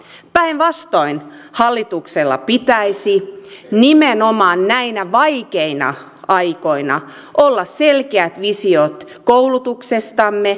päinvastoin hallituksella pitäisi nimenomaan näinä vaikeina aikoina olla selkeät visiot koulutuksemme